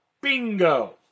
Bingo